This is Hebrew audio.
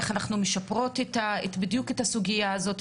איך אנחנו משפרות בדיוק את הסוגיה הזאת.